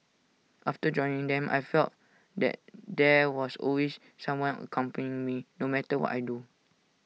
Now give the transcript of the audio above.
after joining them I felt that there was always someone accompanying me no matter what I do